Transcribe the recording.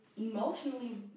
emotionally